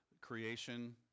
creation